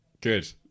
Good